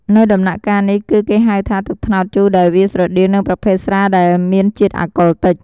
នៅដំណាក់កាលនេះ គឺគេហៅថា ទឹកត្នោតជូរដែលវាស្រដៀង នឹងប្រភេទស្រាដែលតែមានជាតិអាកុលតិច។